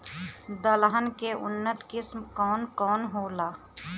दलहन के उन्नत किस्म कौन कौनहोला?